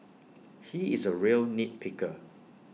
he is A real nit picker